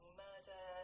murder